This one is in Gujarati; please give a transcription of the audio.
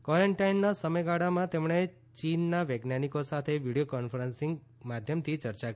કવારન્ટાઇનના સમયગાળામાં તેમણે ચીનના વૈજ્ઞાનીકો સાથે વિડીયો કોન્ફરન્સીંગ માધ્યમથી ચર્ચા કરી હતી